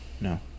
No